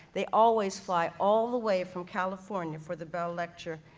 they always fly all the way from california for the bell lecture.